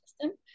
system